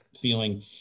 feeling